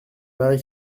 marie